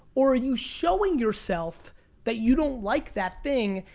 or are you showing yourself that you don't like that thing,